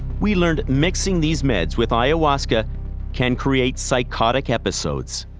we learned mixing these meds with ayahuasca can create psychotic episodes.